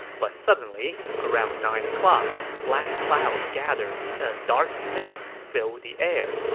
but suddenly, around nine o'clock, black clouds gathered and a dark mist filled the air.